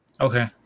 Okay